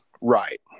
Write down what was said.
Right